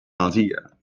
idea